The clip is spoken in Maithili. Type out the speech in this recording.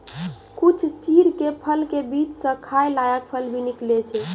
कुछ चीड़ के फल के बीच स खाय लायक फल भी निकलै छै